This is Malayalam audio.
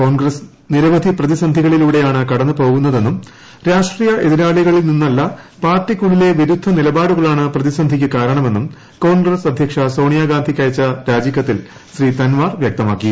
കോൺഗ്രസ് നിരവധി പ്രതിസന്ധികളിലൂടെയാണ് കടന്നു പോകുന്നതെന്നും രാഷ്ട്രീയ എതിരാളികളിൽ നിന്നല്ല പാർട്ടിക്കുളളിലെ വിരുദ്ധ നിലപാടുകളാണ് പ്രതിസന്ധിക്ക് കാരണമെന്നും കോൺഗ്രസ് അദ്ധ്യക്ഷ സോണിയാ ഗാന്ധിയ്ക്കയച്ച രാജിക്കത്തിൽ ശ്രീ തൻവാർ വ്യക്തമാക്കി